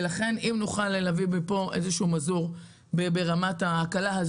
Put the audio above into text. אם נוכל להביא מפה מזור ברמת ההקלה,